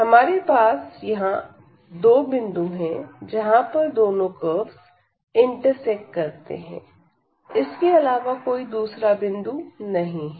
हमारे पास यह दो बिंदु है जहां पर दोनों कर्वस इंटरसेक्ट करते हैंइसके अलावा कोई दूसरा बिंदु नहीं है